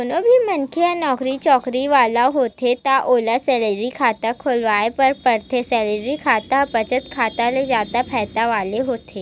कोनो भी मनखे ह नउकरी चाकरी वाला होथे त ओला सेलरी खाता खोलवाए ल परथे, सेलरी खाता ह बचत खाता ले जादा फायदा वाला होथे